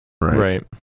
Right